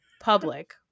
public